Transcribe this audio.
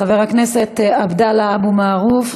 חבר הכנסת עבדאללה אבו מערוף,